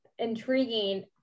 intriguing